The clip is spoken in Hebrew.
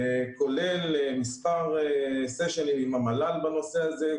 כולל מספר סשנים עם המל"ל בנושא הזה,